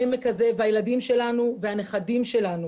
העמק הזה והילדים שלנו והנכדים שלנו.